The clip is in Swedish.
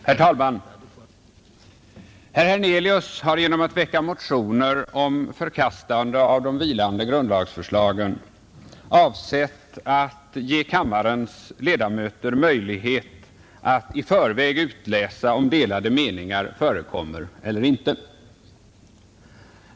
Herr talman! Herr Hernelius har genom att väcka motioner om ett förkastande av de vilande grundlagsförslagen avsett att ge kammarens ledamöter möjlighet att i förväg utläsa, om delade meningar förekommer eller inte.